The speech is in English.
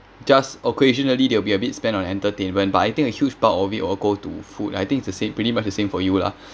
just occasionally there will be a bit spend on entertainment but I think a huge bulk of it all go to food I think it's the same pretty much the same for you lah